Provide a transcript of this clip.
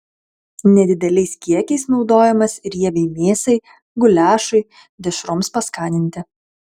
nedideliais kiekiais naudojamas riebiai mėsai guliašui dešroms paskaninti